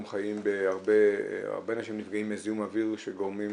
חיים בהרבה --- הרבה אנשים נפגעים מזיהום אוויר שגורמים